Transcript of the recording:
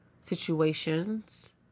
situations